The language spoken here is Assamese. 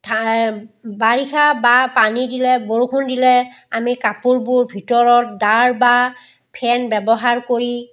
ঠা বাৰিষা বা পানী দিলে বৰষুণ দিলে আমি কাপোৰবোৰ ভিতৰত ডাঁৰ বা ফেন ব্যৱহাৰ কৰি